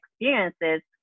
experiences